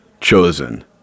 chosen